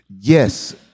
Yes